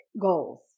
goals